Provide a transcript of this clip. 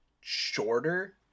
shorter